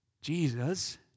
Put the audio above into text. Jesus